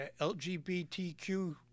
LGBTQ